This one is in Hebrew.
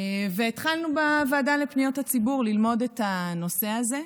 והתחלנו בוועדה לפניות הציבור ללמוד את הנושא הזה.